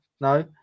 No